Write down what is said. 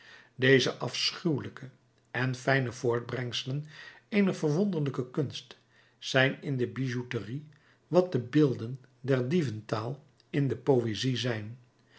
deze afschuwelijke en fijne voortbrengselen eener verwonderlijke kunst zijn in de bijouterie wat de beelden der dieventaal in de poëzie zijn